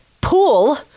pool